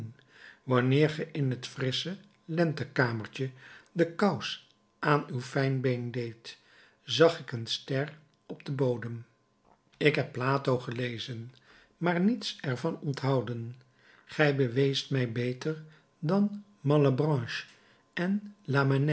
wanneer ge in het frissche lentekamertje de kous aan uw fijn been deedt zag ik een ster op den bodem ik heb plato gelezen maar niets er van onthouden gij beweest mij beter dan malebranche en